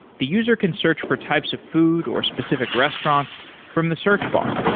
the user can search for types of food or specific restaurants from the search bar,